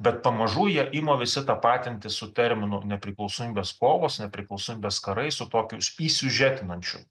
bet pamažu jie ima visi tapatintis su terminu nepriklausomybės kovos nepriklausomybės karai su tokiu įsiužetinančiu